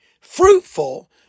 fruitful